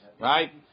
Right